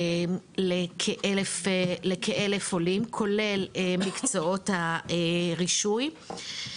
לכ-1000 עולים, כולל מקצועות הרישוי.